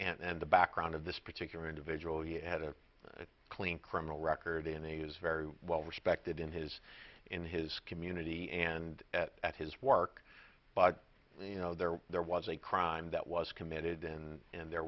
and the background of this particular individual he had a clean criminal record and is very well respected in his in his community and at his work but you know there there was a crime that was committed and and there